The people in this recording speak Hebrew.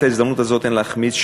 את ההזדמנות הזאת אין להחמיץ,